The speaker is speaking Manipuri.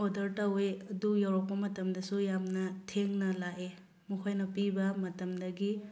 ꯑꯣꯔꯗꯔ ꯇꯧꯋꯤ ꯑꯗꯨ ꯌꯧꯔꯛꯄ ꯃꯇꯝꯗꯁꯨ ꯌꯥꯝꯅ ꯊꯦꯡꯅ ꯂꯥꯛꯏ ꯃꯈꯣꯏꯅ ꯄꯤꯕ ꯃꯇꯝꯗꯒꯤ